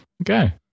Okay